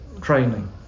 training